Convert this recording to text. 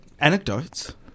anecdotes